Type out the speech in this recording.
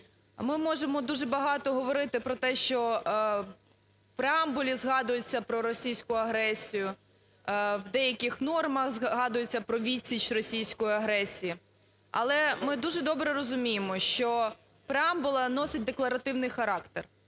Ми можемо дуже багато говорити про те, що в преамбулі згадується про російську агресію, в деяких нормах згадується про відсіч російській агресії. Але ми дуже добре розуміємо, що преамбула носить декларативний характер.